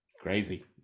Crazy